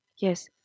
Yes